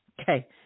Okay